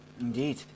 Indeed